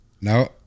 No